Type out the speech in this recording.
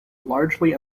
largely